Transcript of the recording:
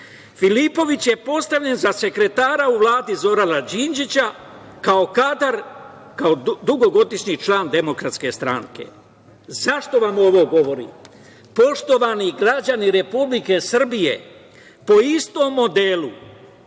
Filipović je postavljen za sekretara u Vladi Zorana Đinđića kao kadar, kao dugogodišnji član Demokratske stranke.Zašto vam ovo govorim? Poštovani građani Republike Srbije, po istom modelu,